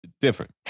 different